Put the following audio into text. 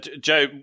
Joe